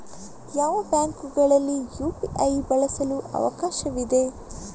ಯಾವ ಬ್ಯಾಂಕುಗಳಲ್ಲಿ ಯು.ಪಿ.ಐ ಬಳಸಲು ಅವಕಾಶವಿದೆ?